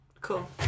Cool